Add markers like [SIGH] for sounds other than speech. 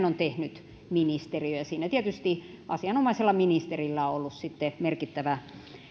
[UNINTELLIGIBLE] on tehnyt ministeriö ja siinä tietysti asianomaisella ministerillä on ollut merkittävä